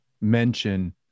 mention